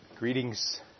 Greetings